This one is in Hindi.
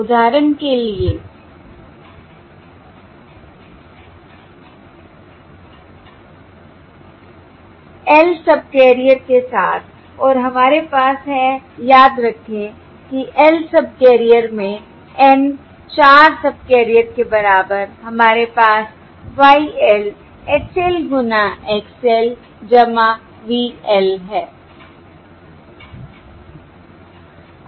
उदाहरण के लिए l सबकैरियर के साथ और हमारे पास है याद रखें कि l सबकैरियर में N 4 सबकैरियर के बराबर हमारे पास Y l Hl गुना Xl Vl है